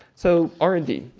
so, r and d.